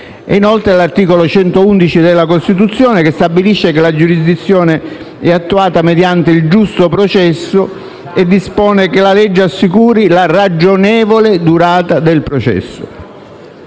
inoltre l'articolo 111 della Costituzione, che stabilisce che la giurisdizione è attuata mediante il giusto processo e dispone che la legge assicuri la ragionevole durata del processo.